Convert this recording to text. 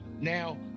now